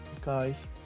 Guys